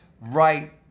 right